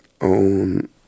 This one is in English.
own